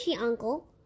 uncle